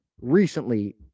recently